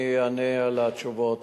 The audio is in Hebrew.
אני אענה על השאלות.